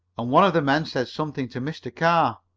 and one of the men said something to mr. carr.